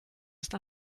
ist